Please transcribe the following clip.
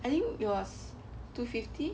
I think it was two fifty